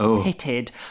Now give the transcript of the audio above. pitted